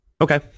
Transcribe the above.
okay